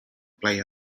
play